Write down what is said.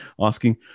asking